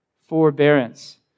Forbearance